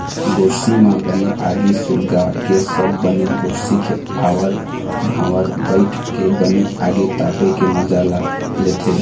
गोरसी म बने आगी सुलगाके सब बने गोरसी के आवर भावर बइठ के बने आगी तापे के मजा ल लेथे